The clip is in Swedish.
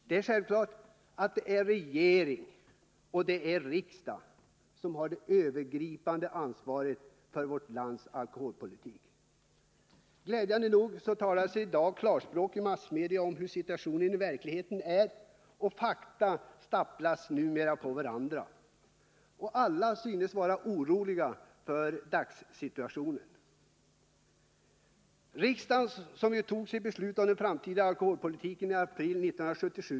Det är självklart att det är regering och riksdag som har det övergripande ansvaret för alkoholpolitiken i vårt land. Glädjande nog talas det i massmedia i dag i klarspråk om hur situationen i verkligheten är. Fakta staplas numera på varandra. Alla synes vara oroliga för dagssituationen. Riksdagen tog sitt beslut om den framtida alkoholpolitiken i april 1977.